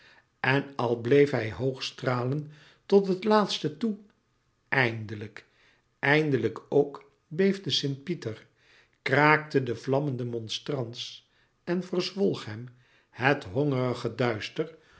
en al bleef hij hoog stralen tot het laatste toe eindelijk eindelijk ook beefde sint pieter louis couperus metamorfoze kraakte de vlammende monstrans en verzwolg hem het hongerige duister